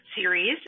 series